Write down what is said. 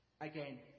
again